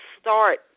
start